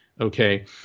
Okay